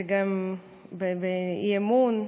וגם באי-אמון,